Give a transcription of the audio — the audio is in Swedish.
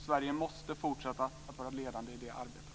Sverige måste fortsätta att vara ledande i det arbetet.